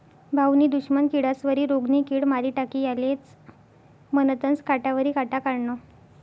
भाऊनी दुश्मन किडास्वरी रोगनी किड मारी टाकी यालेज म्हनतंस काटावरी काटा काढनं